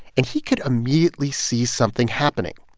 and he could immediately see something happening.